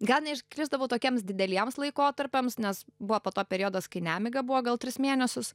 gal neiškrisdavau tokiems dideliems laikotarpiams nes buvo po to periodas kai nemiga buvo gal tris mėnesius